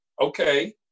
okay